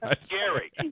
scary